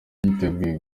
yiteguye